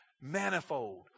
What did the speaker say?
manifold